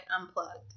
Unplugged